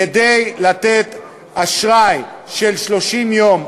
כדי לתת אשראי של 30 יום,